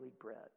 bread